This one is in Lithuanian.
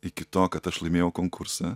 iki to kad aš laimėjau konkursą